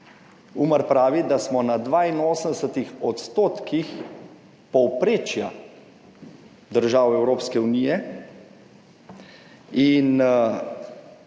Umar pravi, da smo na 82 % povprečja držav Evropske unije.